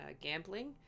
gambling